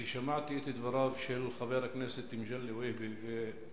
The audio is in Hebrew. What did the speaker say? שמעתי את דבריו של חבר הכנסת מגלי והבה על